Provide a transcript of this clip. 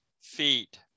feet